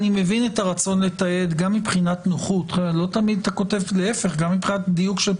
אני מבין את הרצון לתעד גם מבחינת נוחות ודיוק של פרוטוקול.